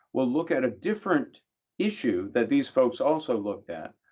we'll look at a different issue that these folks also looked at,